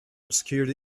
obscured